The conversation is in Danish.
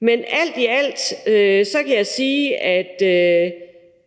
Men alt i alt kan jeg sige, at